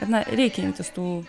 kad na reikia imtis tų